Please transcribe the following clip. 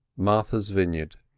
martha's vineyard.